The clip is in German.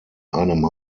einem